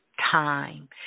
time